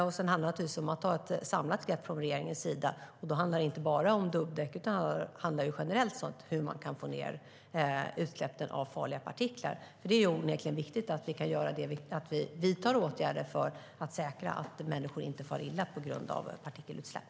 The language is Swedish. Sedan gäller det naturligtvis att ta ett samlat grepp från regeringens sida, och då handlar det inte bara om dubbdäck utan även generellt om hur man kan få ned utsläppen av farliga partiklar. Det är ju onekligen viktigt att vi vidtar åtgärder för att säkra att människor inte far illa på grund av partikelutsläpp.